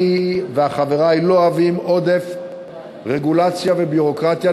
אני וחברי לא אוהבים עודף רגולציה וביורוקרטיה,